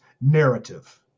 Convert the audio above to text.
narrative